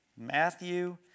Matthew